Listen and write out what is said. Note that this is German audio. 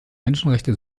menschenrechte